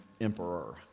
emperor